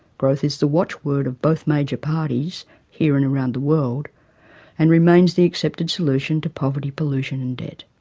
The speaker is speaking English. growth is the watchword of both major parties here and around the world and remains the accepted solution to poverty, pollution and debt.